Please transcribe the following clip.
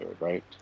right